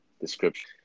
description